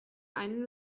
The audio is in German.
einen